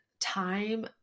time